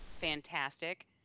fantastic